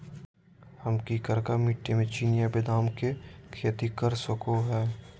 हम की करका मिट्टी में चिनिया बेदाम के खेती कर सको है?